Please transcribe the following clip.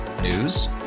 News